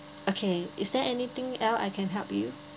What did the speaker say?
okay is there anything else I can help you